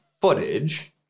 footage